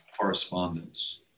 Correspondence